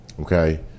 okay